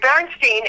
Bernstein